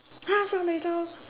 !huh! so little